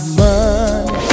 money